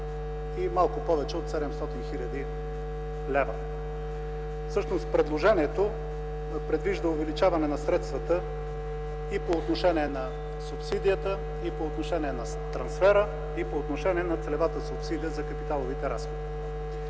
и малко повече от 700 хил. лв. Всъщност предложението предвижда увеличаване на средствата и по отношение на субсидията, и по отношение на трансфера, и по отношение на целевата субсидия за капиталовите разходи.